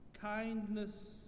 kindness